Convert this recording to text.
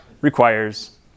requires